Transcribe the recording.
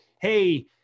hey